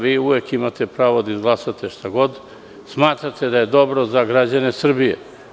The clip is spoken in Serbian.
Vi uvek imate pravo da izglasate šta god smatrate da je dobro za građane Srbije.